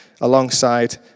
alongside